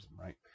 right